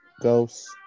ghost